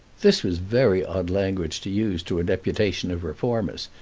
this was very odd language to use to a deputation of reformers,